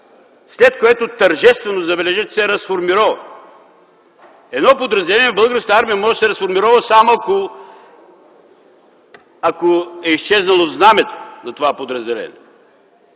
след което тържествено, забележете, се разформирова. Едно подразделение в Българската армия може да се разформирова, само ако е изчезнало знамето на това подразделение.